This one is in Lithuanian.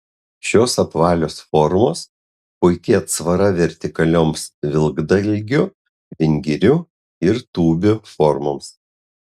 šios apvalios formos puiki atsvara vertikalioms vilkdalgių vingirių ir tūbių formoms